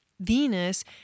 Venus